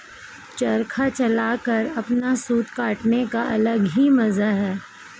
चरखा चलाकर अपना सूत काटने का अलग ही मजा है